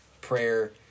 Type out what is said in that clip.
prayer